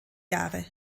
jahre